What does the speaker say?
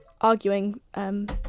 arguing